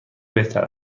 بهتر